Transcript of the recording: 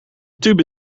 tube